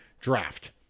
draft